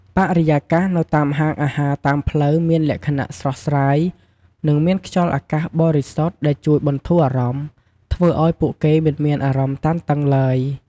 បរិយាកាសនៅតាមហាងអាហារតាមផ្លូវមានលក្ខណៈស្រស់ស្រាយ និងមានខ្យល់អាកាសបរិសុទ្ធដែលជួយបន្ធូរអារម្មណ៍ ធ្វើឲ្យពួកគេមិនមានអារម្មណ៍តានតឹងឡើយ។